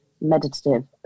meditative